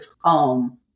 home